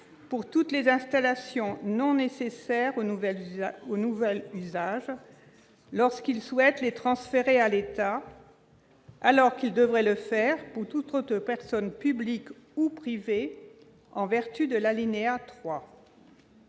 pour toutes les installations non nécessaires au nouvel usage lorsqu'ils souhaitent les transférer à l'État, alors qu'ils devraient le faire pour un transfert à toute autre personne publique ou privée, en vertu de l'alinéa 3.